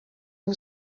who